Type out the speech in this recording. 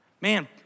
Man